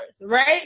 right